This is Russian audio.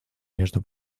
между